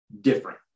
different